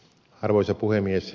arvoisa puhemies